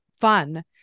fun